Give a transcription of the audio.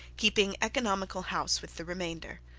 keeping economical house with the remainder.